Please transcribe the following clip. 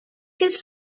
his